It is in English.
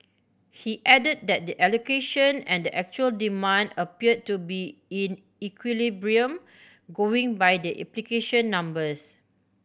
he added that the allocation and the actual demand appeared to be in equilibrium going by the application numbers